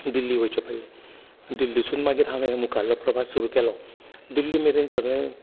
दिल्ली वयचें पडलें दिल्लीसून मागीर हांवें मुखारलो प्रवास सुरू केलो दिल्ली मेरेन सगळें